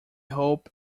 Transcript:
hope